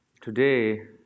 today